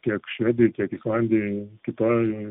tiek švedijoj tiek islandijoj kitoj